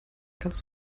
kannst